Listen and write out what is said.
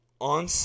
on